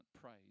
praise